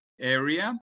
area